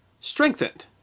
strengthened